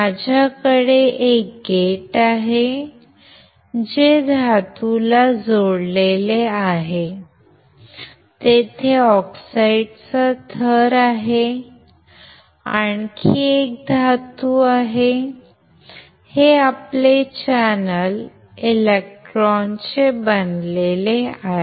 माझ्याकडे एक गेट आहे जे धातूला जोडलेले आहे तेथे ऑक्साईड थर आहे आणखी एक धातू आहे हे आपले चॅनेल इलेक्ट्रॉनचे बनलेले आहे